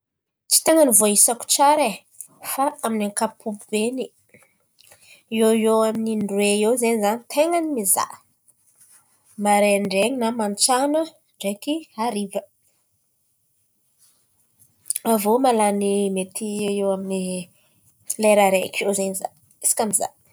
Tsy ten̈a voaisako tsara e fa amin'ny ankapobeany eo ho eo amin'ny indroe eo zen̈y izaho ten̈a mizàha. Maraindrain̈y na matsan̈a ndraiky hariva. Avy iô mahalany eo ho eo amin'ny lera araiky eo zen̈y izaho isaka mizàha.